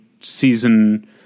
season